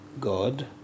God